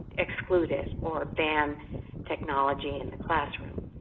exclude it or ban technology in the classroom.